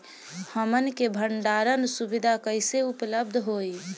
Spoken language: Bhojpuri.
हमन के भंडारण सुविधा कइसे उपलब्ध होई?